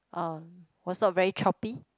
uh was not very choppy